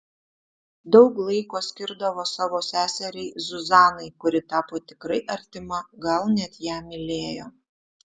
daug laiko skirdavo savo seseriai zuzanai kuri tapo tikrai artima gal net ją mylėjo